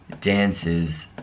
dances